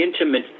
intimate